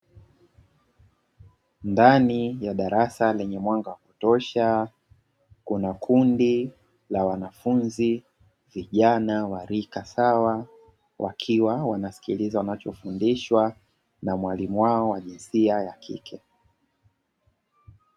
Ndani ya darasa lenye mwanga wa kutosha kuna kundi la wanafunzi vijana wa rika sawa, wakiwa wanasikiliza wanachofundishwa na mwalimu wao wa jinsia ya kike.